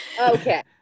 okay